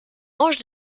ange